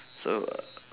so uh